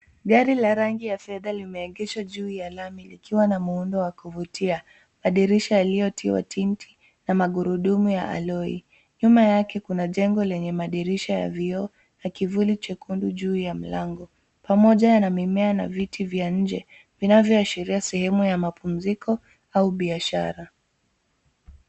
Gari la rangi ya fedha limeegeshwa juu ya lami likiwa na muundo wa kuvutia, madirisha yaliyotiwa tint na magurudumu ya alloy . Nyuma yake kuna jengo lenye madirisha ya vioo na kivuli chekundu juu ya mlango, pamoja na mimea na viti vya nje, vinavyoashiria sehemu ya mapumziko au biashara.